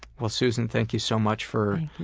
well, susan thank you so much for